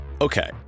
Okay